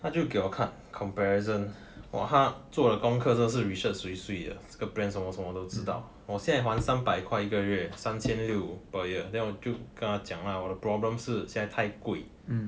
他就给我看 comparison !wah! 他做了功课真的是 research swee swee 的这个 brands 什么什么都知道我现还三百块一个月三千六 per year then 我就跟他讲 lah 我的 problem 是现在太贵